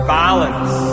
balance